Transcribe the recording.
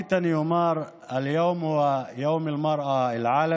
בערבית אני אומר: (אומר דברים בשפה הערבית,